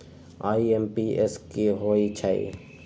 IMPS की होईछइ?